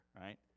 right